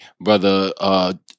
brother